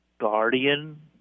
guardian